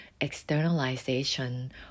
externalization